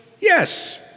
yes